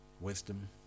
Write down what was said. wisdom